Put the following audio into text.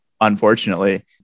unfortunately